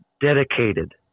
dedicated